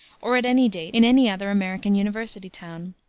or at any date in any other american university town.